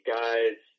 guys